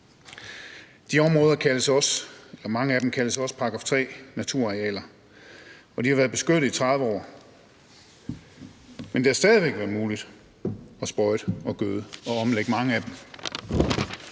Mange af de områder kaldes også § 3-naturarealer, og de har været beskyttet i 30 år, men det har stadig væk været muligt at sprøjte og gøde og omlægge mange af dem,